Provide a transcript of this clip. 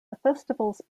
festivals